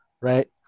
right